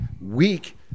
weak